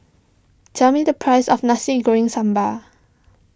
tell me the price of Nasi Goreng Sambal